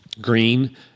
green